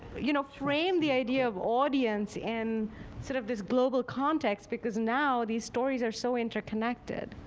you know, frame the idea of audience in sort of this global context because now these stories are so interconnected